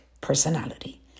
personality